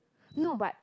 no but